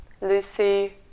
Lucy